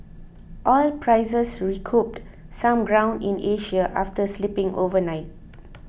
oil prices recouped some ground in Asia after slipping overnight